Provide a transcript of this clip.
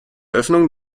eröffnung